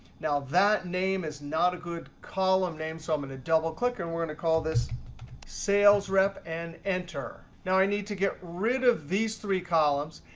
now that name is not a good column name. so i'm going to double click. and we're going to call this sales rep and enter. now i need to get rid of these three columns.